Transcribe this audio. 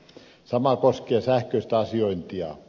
sama koskee sähköistä asiointia